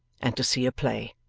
and to see a play.